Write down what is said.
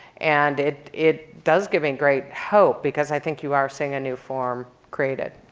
and it it does give me great hope because i think you are seeing a new form created.